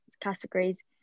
categories